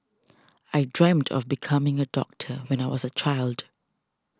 I dreamt of becoming a doctor when I was a child